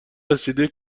رسیده